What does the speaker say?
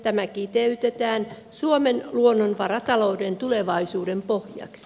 tämä kiteytetään suomen luonnonvaratalouden tulevaisuuden pohjaksi